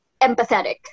empathetic